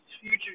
future